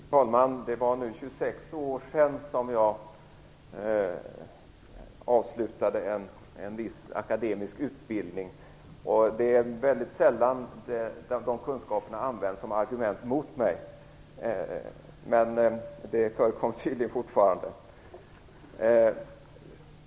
Fru talman! Det är nu 26 år sedan som jag avslutade en viss akademisk utbildning. Det är väldigt sällan som de kunskaperna används som argument mot mig. Men det förekommer tydligen fortfarande.